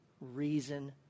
reason